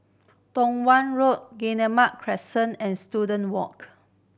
Tong Watt Road Guillemard Crescent and Student Walk